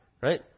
Right